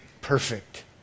perfect